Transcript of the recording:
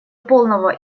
полного